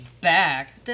back